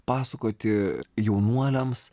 pasakoti jaunuoliams